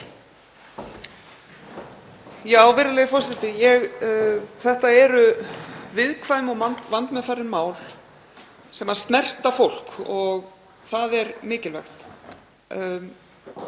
Virðulegi forseti. Þetta eru viðkvæm og vandmeðfarin mál sem snerta fólk og það er mikilvægt.